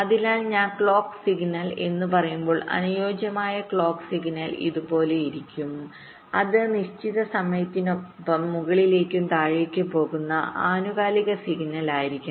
അതിനാൽ ഞാൻ clock signal എന്ന് പറയുമ്പോൾ അനുയോജ്യമായ ക്ലോക്ക് സിഗ്നൽ ഇതുപോലെയായിരിക്കും അത് നിശ്ചിത സമയത്തിനൊപ്പം മുകളിലേക്കും താഴേക്കും പോകുന്ന ആനുകാലിക സിഗ്നലായിരിക്കും